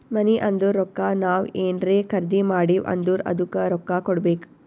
ಮನಿ ಅಂದುರ್ ರೊಕ್ಕಾ ನಾವ್ ಏನ್ರೇ ಖರ್ದಿ ಮಾಡಿವ್ ಅಂದುರ್ ಅದ್ದುಕ ರೊಕ್ಕಾ ಕೊಡ್ಬೇಕ್